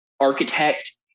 architect